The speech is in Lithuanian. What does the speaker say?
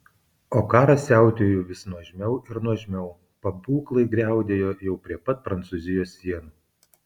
o karas siautėjo vis nuožmiau ir nuožmiau pabūklai griaudėjo jau prie pat prancūzijos sienų